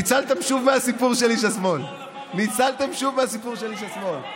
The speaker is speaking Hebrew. ניצלתם שוב מהסיפור של איש השמאל.